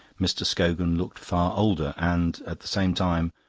mr. scogan looked far older and, at the same time,